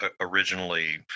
originally